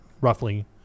roughly